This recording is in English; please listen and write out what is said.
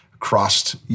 crossed